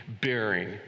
bearing